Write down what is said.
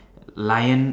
lion